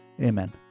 Amen